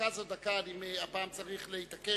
דקה זו דקה, הפעם אני צריך להתעקש.